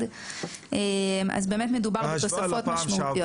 אז באמת מדובר על תוספות משמעותיות.